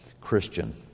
Christian